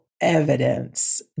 evidence